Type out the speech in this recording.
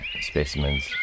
specimens